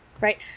Right